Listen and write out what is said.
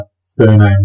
surname